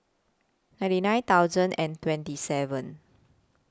ninety nine thousand and twenty seven